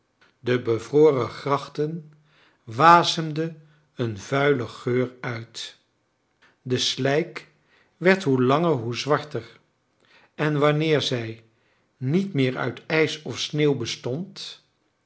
de bevroren grachten wasemden een vuilen geur uit de slijk werd hoe langer hoe zwarter en wanneer zij niet meer uit ijs of sneeuw bestond